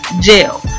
jail